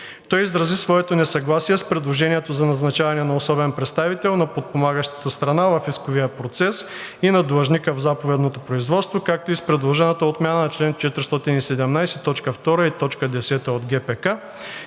Той изрази своето несъгласие с предложението за назначаване на особен представител на подпомагащата страна в исковия процес и на длъжника в заповедното производство, както и с предложената отмяна на чл. 417, т. 2 и 10 от ГПК,